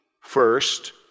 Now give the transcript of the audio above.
first